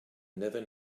never